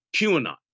QAnon